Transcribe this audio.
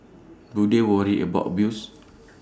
do they worry about abuse